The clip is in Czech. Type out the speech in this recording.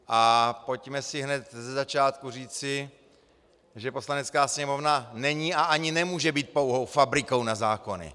A pojďme si hned ze začátku říci, že Poslanecká sněmovna není a ani nemůže být pouhou fabrikou na zákony!